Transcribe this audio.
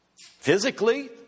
Physically